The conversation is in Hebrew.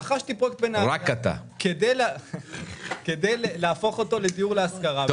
רכשתי פרויקט בנהריה כדי להפוך אותו לדיור להשכרה.